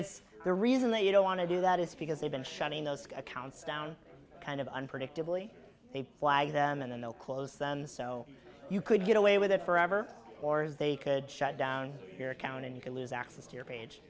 it's the reason that you don't want to do that is because they've been shutting those accounts down kind of unpredictably they flagged them and then they'll close then so you could get away with it forever or as they could shut down your account and you could lose access to your page